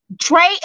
Trey